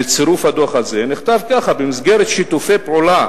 בצירוף הדוח הזה, נכתב ככה: במסגרת שיתופי פעולה